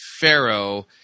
Pharaoh